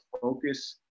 focus